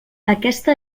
aquesta